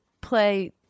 play